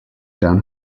down